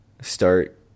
start